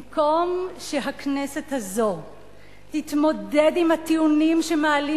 במקום שהכנסת הזאת תתמודד עם הטיעונים שמעלים